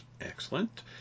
excellent